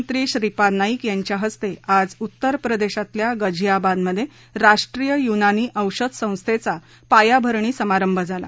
केंद्रीय आयुष मत्री श्रीपाद नाईक यांच्या हस्ते आज उत्तर प्रदेशातल्या गझियाबादमध्ये राष्ट्रीय युनानी औषध संस्थेचा पायाभरणी समारंभ झाला